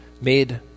made